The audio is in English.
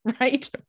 Right